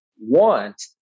want